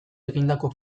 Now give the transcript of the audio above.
egindako